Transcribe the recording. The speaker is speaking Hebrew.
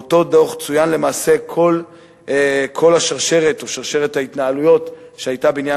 באותו דוח צוינה למעשה שרשרת ההתנהלויות שהיתה בעניין